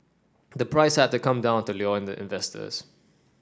the price had to come down to lure in the investors